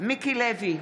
מיקי לוי,